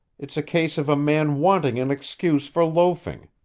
it's a case of a man wanting an excuse for loafing.